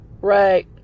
right